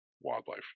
wildlife